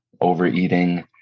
Overeating